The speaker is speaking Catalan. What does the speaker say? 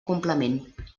complement